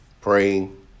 praying